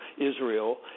Israel